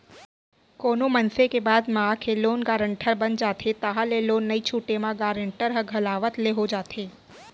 कोनो मनसे के बात म आके लोन गारेंटर बन जाथे ताहले लोन नइ छूटे म गारेंटर ह घलावत ले हो जाथे